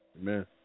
Amen